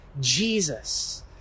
Jesus